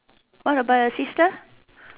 what about your sister